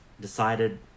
decided